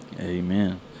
Amen